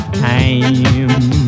time